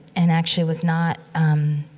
and actually was not, um,